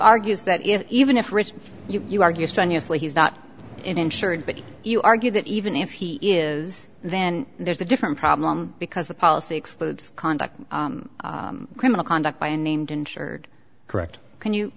argues that if even if you argue strenuously he's not insured but you argue that even if he is then there's a different problem because the policy excludes conduct criminal conduct by unnamed insured correct can you